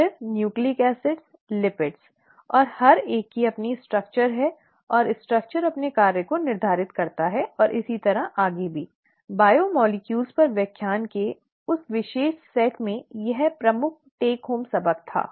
फिर nucleic acid lipid और हर एक की अपनी संरचना है और संरचना अपने कार्य को निर्धारित करती है और इसी तरह और आगे बायोमोलेक्यूलस पर व्याख्यान के उस विशेष सेट से यह प्रमुख टेक होम सबक था